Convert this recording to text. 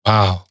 Wow